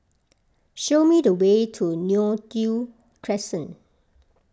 show me the way to Neo Tiew Crescent